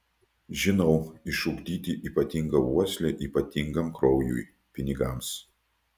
žinau išugdyti ypatingą uoslę ypatingam kraujui pinigams